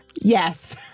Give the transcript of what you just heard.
Yes